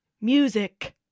music